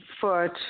foot